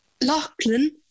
Lachlan